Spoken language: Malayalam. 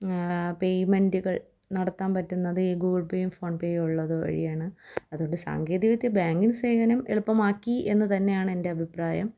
പേയ്മെൻ്റുകൾ നടത്താൻ പറ്റുന്നത് ഈ ഗൂഗിൾ പേയും ഫോൺപേയും ഉള്ളത് വഴിയാണ് അത്കൊണ്ട് സാങ്കേതിക വിദ്യ ബാങ്കിംഗ് സേവനം എളുപ്പമാക്കി എന്ന് തന്നെയാണ് എൻ്റെ അഭിപ്രായം